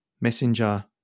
messenger